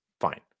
Fine